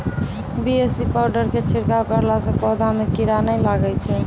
BAC powder के छिड़काव करला से पौधा मे कीड़ा नैय लागै छै?